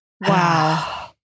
Wow